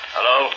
Hello